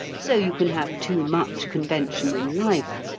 so you can have too much convention in life.